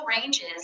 ranges